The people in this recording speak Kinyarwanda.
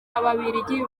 ababiligi